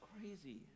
crazy